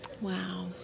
Wow